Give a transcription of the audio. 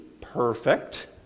perfect